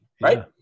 Right